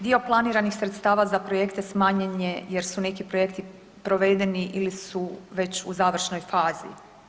Dio planiranih sredstava za projekte smanjene je jer su neki projekti provedeni ili su već u završnoj fazi.